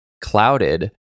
clouded